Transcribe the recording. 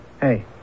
Hey